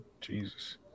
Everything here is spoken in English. Jesus